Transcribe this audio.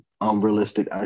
unrealistic